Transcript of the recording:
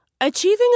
Achieving